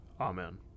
Amen